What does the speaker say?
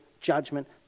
judgment